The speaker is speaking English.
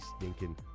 stinking